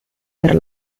per